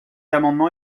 amendement